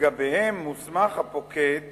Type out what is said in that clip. שלגביהם מוסמך הפוקד